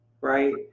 right